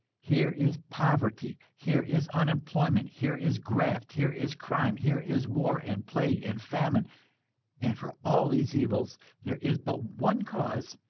here is poverty, here is unemployment, here is graft, here is crime, here is war and plague and famine and for all these evils there is but one cause,